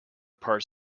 parts